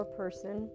person